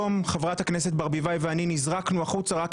חברת הכנסת ברביבאי ואני נזרקנו היום החוצה,